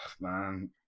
man